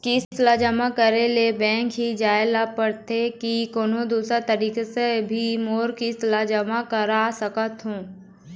किस्त ला जमा करे ले बैंक ही जाए ला पड़ते कि कोन्हो दूसरा तरीका से भी मोर किस्त ला जमा करा सकत हो?